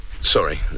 sorry